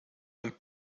und